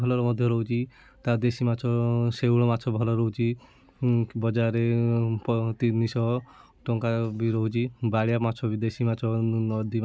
ଭଲ ମଧ୍ୟ ରହୁଛି ତା' ଦେଶୀ ମାଛ ଶେଉଳ ମାଛ ଭଲ ରହୁଛି ବଜାରରେ ତିନି ଶହ ଟଙ୍କା ବି ରହୁଛି ବାଳିଆ ମାଛ ଦେଶୀ ମାଛ ନଦୀ ମାଛ